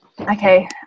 Okay